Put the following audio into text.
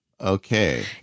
Okay